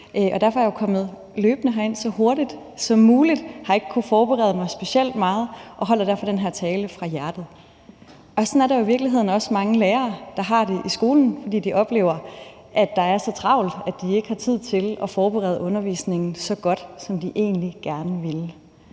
Derfor er jeg jo kommet løbende herind så hurtigt som muligt og har ikke kunnet forberede mig specielt meget og holder derfor den her tale fra hjertet. Og sådan er der jo i virkeligheden også mange lærere, der har det i skolen, fordi de oplever, at der er så travlt, at de ikke har tid til at forberede undervisningen så godt, som de egentlig gerne ville.